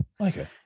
Okay